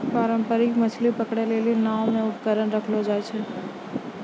पारंपरिक मछली पकड़ै लेली नांव मे उपकरण रखलो जाय छै